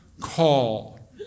call